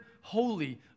holy